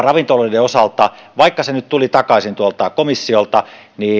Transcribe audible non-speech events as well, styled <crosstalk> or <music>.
<unintelligible> ravintoloiden osalta vaikka se nyt tuli takaisin tuolta komissiolta